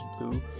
Blue